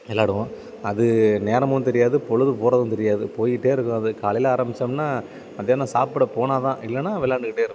விளாடுவோம் அது நேரமும் தெரியாது பொழுது போகிறதும் தெரியாது போய்க்கிட்டே இருக்கும் அது காலையில் ஆரம்பிச்சோம்ன்னா மதியானம் சாப்பிட போனால்தான் இல்லைன்னா விளையாண்டுக்கிட்டே இருப்போம்